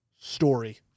story